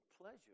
pleasure